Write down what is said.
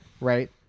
right